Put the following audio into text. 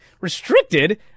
restricted